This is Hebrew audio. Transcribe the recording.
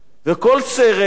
וכל סרט,